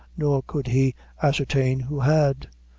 nor could he ascertain who had.